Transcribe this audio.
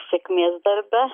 sėkmės darbe